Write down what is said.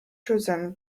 chosen